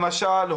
למשל,